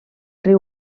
riu